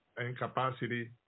incapacity